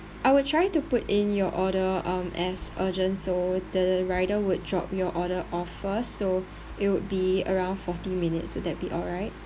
I will try to put in your order um as urgent so the rider would drop your order off first so it will be around forty minutes would that be alright